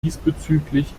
diesbezüglich